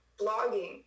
blogging